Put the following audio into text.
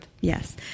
Yes